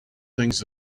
things